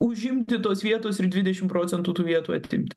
užimti tos vietos ir dvidešim procentų tų vietų atimti